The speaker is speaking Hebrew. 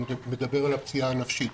אני מדבר על הפציעה הנפשית.